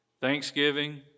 Thanksgiving